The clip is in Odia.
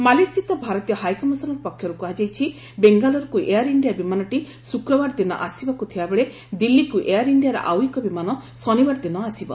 ମାଲେସ୍ଥିତ ଭାରତୀୟ ହାଇକମିଶନ ପକ୍ଷରୁ କୁହାଯାଇଛି ବେଙ୍ଗାଲୁରୁକୁ ଏୟାର ଇଣ୍ଡିଆ ବିମାନଟି ଶୁକ୍ରବାର ଦିନ ଆସିବାକୁ ଥିବାବେଳେ ଦିଲ୍ଲୀକୁ ଏୟାର ଇଣ୍ଡିଆର ଆଉ ଏକ ବିମାନ ଶନିବାର ଦିନ ଆସିବ